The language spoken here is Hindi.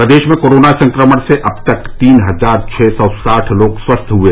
प्रदेश में कोरोना संक्रमण से अब तक तीन हजार छः सौ साठ लोग स्वस्थ हुए